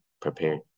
prepared